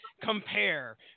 compare